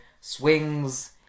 swings